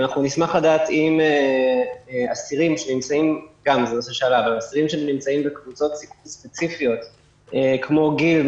נשמח לדעת אם אסירים שנמצאים בקבוצות ספציפיות כמו: גיל,